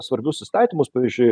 svarbius įstatymus pavyzdžiui